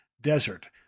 desert